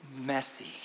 messy